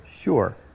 sure